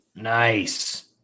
Nice